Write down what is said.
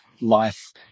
life